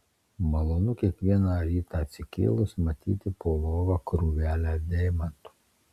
malonu kiekvieną rytą atsikėlus matyti po lova krūvelę deimantų